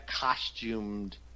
costumed